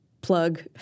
plug